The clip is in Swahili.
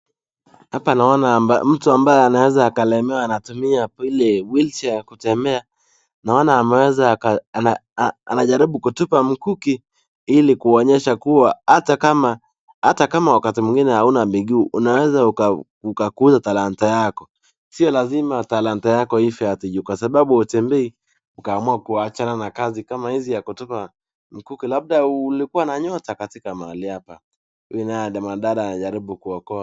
Hapa naona mtu ambaye anaweza akalemaa, anatumia vile wheelchair kutembea. Naona ameweza aka anajaribu kutupa mkuki ili kuonyesha kua, hatakama wakati mwingine kama hauna miguu, unaweza ukakuza talanta yako. Sio lazima talanta yako ife ati juu kwa sababu hutembei, ukaamua kuachana na kazi, kama hizi ya kutupa mkuki. Labda ulikua na nyota katika mahali hapa. Huyu naye mwanadada anajaribu kuokoa